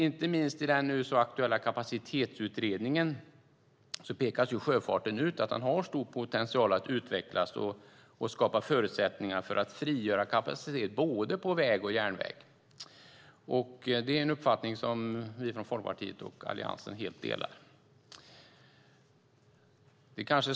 Inte minst i den nu så aktuella Kapacitetsutredningen pekas sjöfarten ut. Den har stor potential att utvecklas och skapa förutsättningar för att frigöra kapacitet på både väg och järnväg. Det är en uppfattning som vi från Folkpartiet och Alliansen helt delar.